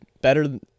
better